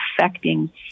affecting